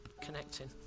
connecting